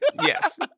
Yes